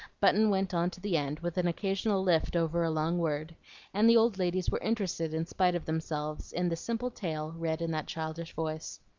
button went on to the end, with an occasional lift over a long word and the old ladies were interested, in spite of themselves, in the simple tale read in that childish voice.